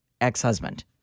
ex-husband